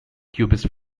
cubist